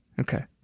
okay